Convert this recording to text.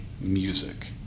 music